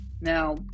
Now